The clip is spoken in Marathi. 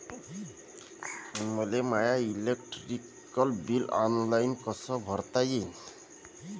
मले माय इलेक्ट्रिक बिल ऑनलाईन कस भरता येईन?